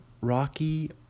Rocky